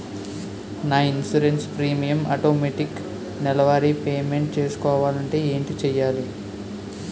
నా insurance premium automatic నెలవారి payment చేసుకోవాలంటే ఏంటి చేయాలి?